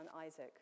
Isaac